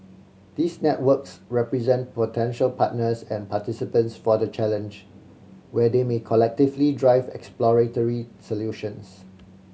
these networks represent potential partners and participants for the Challenge where they may collectively drive exploratory solutions